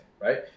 right